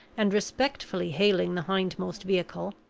and, respectfully hailing the hindmost vehicle,